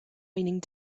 raining